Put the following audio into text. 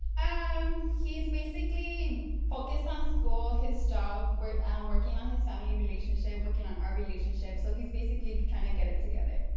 um he's basically focused on school, his job, um working on his family relationship, working on our relationship. so he's basically trying to get it together.